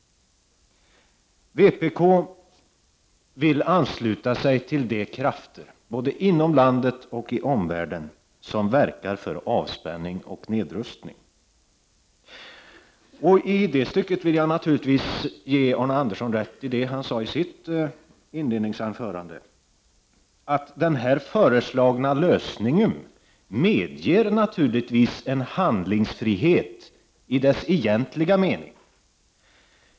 Vi i vpk vill att Sverige ansluter sig till de krafter både inom landet och i omvärlden som verkar för avspänning och nedrustning. I det stycket vill jag naturligtvis ge Arne Andersson i Ljung rätt. Han sade nämligen i sitt inledningsanförande att den föreslagna lösningen naturligtvis medger en handlingsfrihet i egentlig mening.